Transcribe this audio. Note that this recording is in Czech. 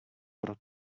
pro